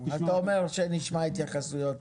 אתה אומר שנשמע התייחסויות